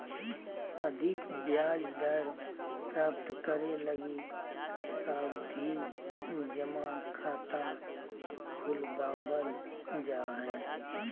अधिक ब्याज दर प्राप्त करे लगी सावधि जमा खाता खुलवावल जा हय